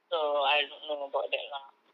so I don't know about that lah